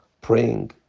praying